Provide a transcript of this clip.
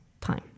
time